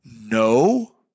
No